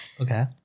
Okay